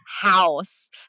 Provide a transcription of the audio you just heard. house